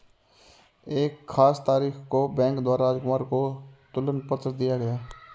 एक खास तारीख को बैंक द्वारा राजकुमार को तुलन पत्र दिया गया